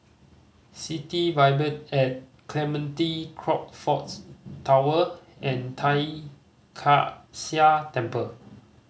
City Vibe at Clementi Crockfords Tower and Tai Kak Seah Temple